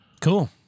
Cool